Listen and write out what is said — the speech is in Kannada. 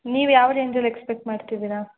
ನೀವು ಯಾವ ರೇಂಜಲ್ಲಿ ಎಕ್ಸ್ಪೆಕ್ಟ್ ಮಾಡ್ತಿದ್ದೀರಾ